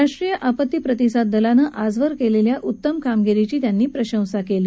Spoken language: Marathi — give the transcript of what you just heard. राष्ट्रीय आपत्ती प्रतिसाद दलानं आजवर केलेल्या उत्तम कामगिरीची त्यांनी प्रशंसा केली